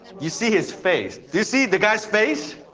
you see his face. do you see the guy's face?